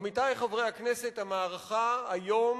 עמיתי חברי הכנסת, המערכה היום